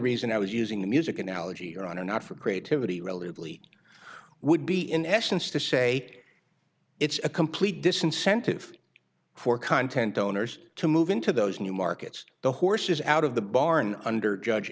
reason i was using the music analogy or on a not for creativity relatively would be in essence to say it's a complete disincentive for content owners to move into those new markets the horse is out of the barn under judge